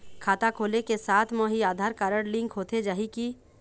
खाता खोले के साथ म ही आधार कारड लिंक होथे जाही की?